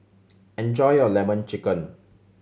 enjoy your Lemon Chicken